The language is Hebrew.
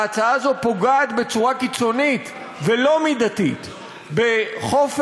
ההצעה הזאת פוגעת בצורה קיצונית ולא מידתית בחופש,